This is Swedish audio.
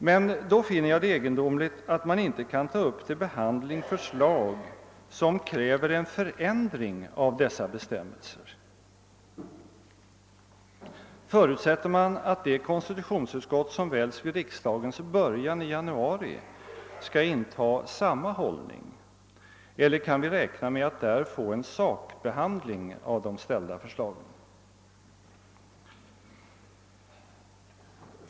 Men då finner jag det egendomligt, att man inte kan ta upp till behandling förslag, som kräver en förändring av dessa bestämmelser. Förutsätter man att det konstitutionsutskott som väljs vid riksdagens början i januari skall inta samma hållning, eller kan vi räkna med att där få en sakbehandling av de ställda förslagen?